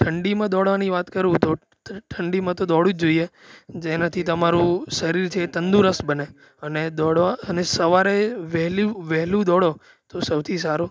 ઠંડીમાં દોડવાની વાત કરું તો ઠંડીમાં તો દોડવું જ જોઈએ જેનાથી તમારું શરીર છે એ તંદુરસ્ત બને અને દોડવા અને સવારે વહેલી વહેલું દોડો તો સૌથી સારું